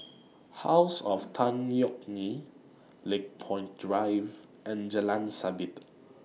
House of Tan Yeok Nee Lakepoint Drive and Jalan Sabit